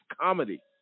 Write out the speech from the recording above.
comedy